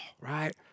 right